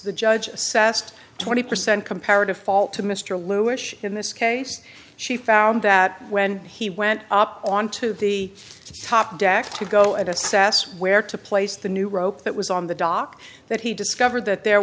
the judge assessed twenty percent comparative fault to mr lewisham in this case she found that when he went up onto the top deck to go and assess where to place the new rope that was on the dock that he discovered that there